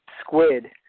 squid